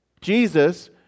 Jesus